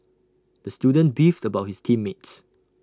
the student beefed about his team mates